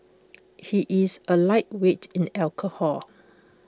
he is A lightweight in alcohol